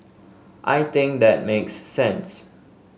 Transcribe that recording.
I think that makes sense